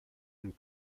and